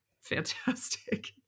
fantastic